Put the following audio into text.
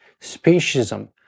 speciesism